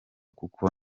kuko